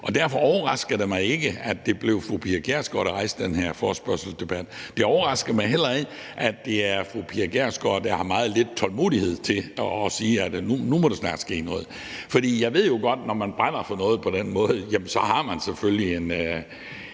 Derfor overraskede det mig ikke, at det blev fru Pia Kjærsgaard, der rejste den her forespørgselsdebat. Det overrasker mig heller ikke, at det er fru Pia Kjærsgaard, der har meget lidt tålmodighed og siger: Nu må der snart ske noget. Og jeg ved jo godt, at når man brænder for noget på den måde, har man selvfølgelig en